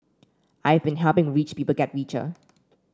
I'd been helping rich people get richer